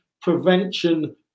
prevention